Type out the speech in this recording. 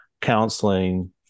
counseling